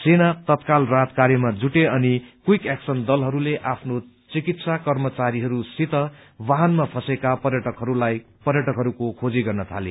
सेना तत्काल राहत कार्यमा जुटे अनि क्विक एक्शन दलहरूले आफ्नो चिकित्सा कर्मचारीहरूसित वाहनमा फँसेका पर्यटकहरूको खोजी गर्न थाले